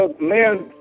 men